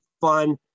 fun